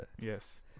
Yes